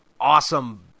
awesome